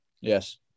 Yes